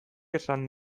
esan